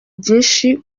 byinshi